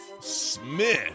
Smith